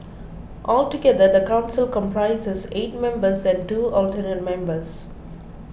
altogether the council comprises eight members and two alternate members